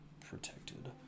protected